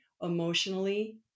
emotionally